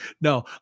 No